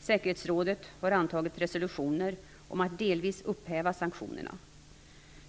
Säkerhetsrådet har antagit resolutioner om att delvis upphäva sanktionerna.